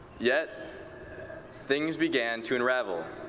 yet things began to unravel.